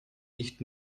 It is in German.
nicht